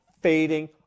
fading